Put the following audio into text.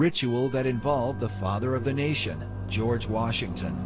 ritual that involved the father of the nation george washington